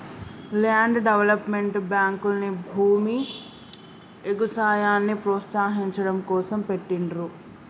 land development బ్యేంకుల్ని భూమి, ఎగుసాయాన్ని ప్రోత్సహించడం కోసం పెట్టిండ్రు